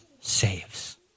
saves